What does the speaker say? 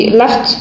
left